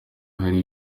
hari